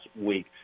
week